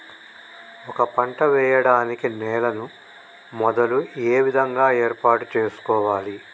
ఒక పంట వెయ్యడానికి నేలను మొదలు ఏ విధంగా ఏర్పాటు చేసుకోవాలి?